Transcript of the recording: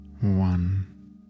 one